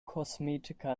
kosmetika